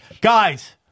Guys